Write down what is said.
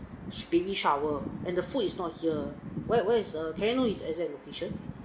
baby shower and the food is not here where where is err can I know his exact location